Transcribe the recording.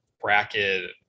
bracket